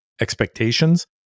expectations